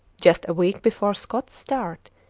just a week before scott's start,